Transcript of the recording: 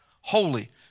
holy